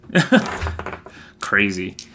Crazy